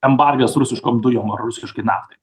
embargas rusiškoms dujom ar rusiškai naftai